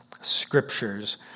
scriptures